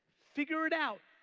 figure it out,